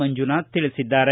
ಮಂಜುನಾಥ ತಿಳಿಸಿದ್ದಾರೆ